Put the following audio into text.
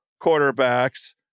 quarterbacks